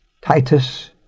Titus